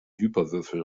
hyperwürfel